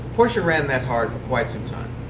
porsche ran that hard for quite some time,